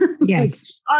Yes